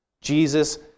Jesus